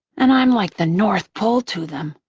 and i'm like the north pole to them.